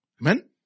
Amen